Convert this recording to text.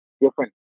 different